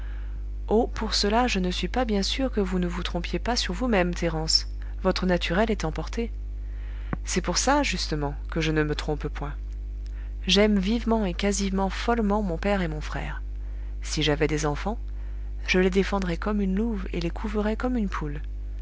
oh pour cela je ne suis pas bien sûr que vous ne vous trompiez pas sur vous-même thérence votre naturel est emporté c'est pour ça justement que je ne me trompe point j'aime vivement et quasiment follement mon père et mon frère si j'avais des enfants je les défendrais comme une louve et les couverais comme une poule